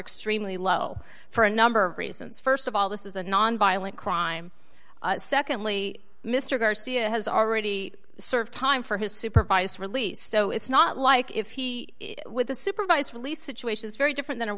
extremely low for a number of reasons st of all this is a nonviolent crime secondly mr garcia has already served time for his supervised release so it's not like if he with a supervised release situation is very different than